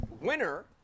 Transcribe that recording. winner